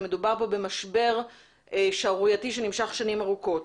מדובר פה במשבר שערורייתי שנמשך שנים ארוכות.